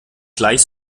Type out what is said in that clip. gleich